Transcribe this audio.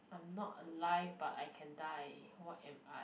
I am not alive but I can die what am I